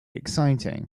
exciting